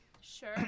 sure